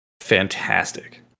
fantastic